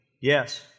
Yes